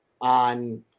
on